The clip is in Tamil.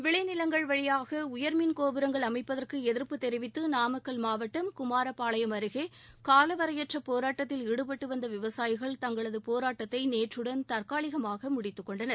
விளை நிலங்கள் வழியாக உயா்மின் கோபுரங்கள் அமைப்பதற்கு எதிா்ப்பு தெரிவித்து நாமக்கல் மாவட்டம் குமாரப்பாளையம் அருகே காலவரையற்ற போராட்டத்தில் ஈடுபட்டு வந்த விவசாயிகள் தங்களது போராட்டத்தை நேற்றுடன் தற்காலிகமாக முடித்துகொண்டனர்